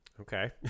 Okay